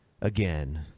again